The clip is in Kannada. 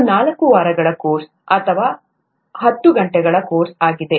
ಇದು ನಾಲ್ಕು ವಾರಗಳ ಕೋರ್ಸ್ ಅಥವಾ ಹತ್ತು ಗಂಟೆಗಳ ಕೋರ್ಸ್ ಆಗಿದೆ